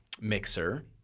mixer